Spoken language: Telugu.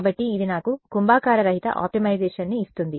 కాబట్టి ఇది నాకు కుంభాకార రహిత ఆప్టిమైజేషన్ని ఇస్తుంది